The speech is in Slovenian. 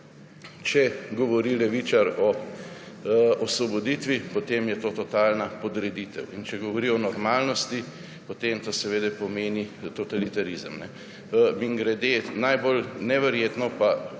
»Če govori levičar o osvoboditvi, potem je to totalna podreditev. In če govori o normalnosti, potem to seveda pomeni totalitarizem.« Mimogrede, najbolj neverjetno pa,